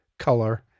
color